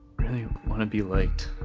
want to be liked.